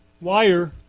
Wire